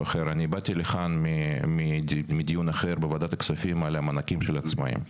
אחר: אני באתי לכאן מדיון אחר בוועדת הכספים על מענקים של עצמאיים,